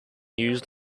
used